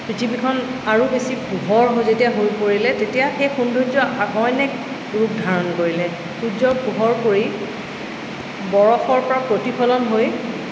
পৃথিৱীখন আৰু বেছি পোহৰ হৈ যেতিয়া হৈ পৰিলে তেতিয়া সেই সৌন্দৰ্য অইন এক ৰূপ ধাৰণ কৰিলে সূৰ্য্যৰ পোহৰ পৰি বৰফৰ পৰা প্ৰতিফলন হৈ